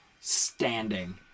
standing